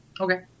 okay